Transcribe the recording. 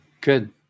Good